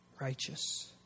righteous